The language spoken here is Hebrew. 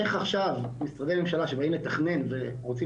איך עכשיו משרדי ממשלה שבאים לתכנן ורוצים